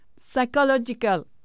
psychological